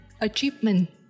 achievement